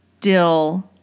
dill